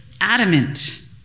adamant